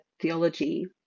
theology